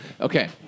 Okay